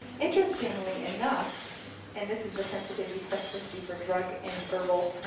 interestingly enough and this is a sensitivity, specificity for drug and herbal and